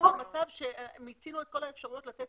הגענו למצב שמיצינו את כל האפשרויות לתת